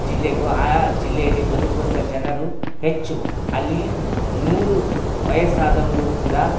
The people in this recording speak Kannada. ಜಿಲ್ಲೆಗೂ ಆ ಜಿಲ್ಲೆಯಲ್ಲಿ ಬದುಕುವಂಥ ಜನರು ಹೆಚ್ಚು ಅಲ್ಲಿ ನೂರು ವಯಸ್ಸಾದವರು ಕೂಡಾ